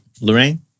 Lorraine